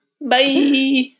Bye